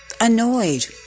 annoyed